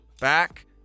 back